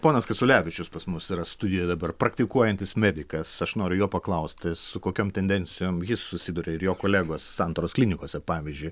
ponas kasiulevičius pas mus yra studijoj dabar praktikuojantis medikas aš noriu jo paklausti su kokiom tendencijom jis susiduria ir jo kolegos santaros klinikose pavyzdžiui